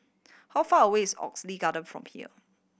how far away is Oxley Garden from here